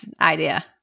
idea